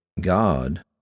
God